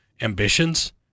ambitions